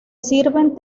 sirven